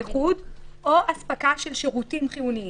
לחוד או "אספקה של שירותים חיוניים".